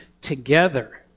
together